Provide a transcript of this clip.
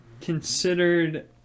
considered